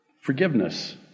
forgiveness